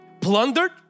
plundered